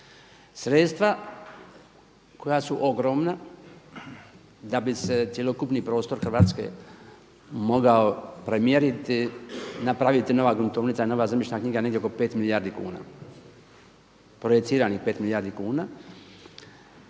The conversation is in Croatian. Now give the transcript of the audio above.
Sredstva koja su ogromna da bi se cjelokupni prostor Hrvatske mogao premjeriti, napraviti nova gruntovnica, nova zemljišna knjiga negdje oko 5 milijardi kuna. Projiciranih 5 milijardi kuna.